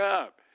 up